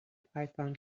python